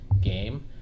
game